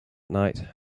night